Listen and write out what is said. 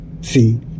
See